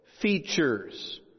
features